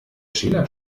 schäler